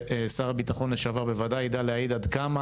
ושר הביטחון לשעבר בוודאי יידע להעיד עד כמה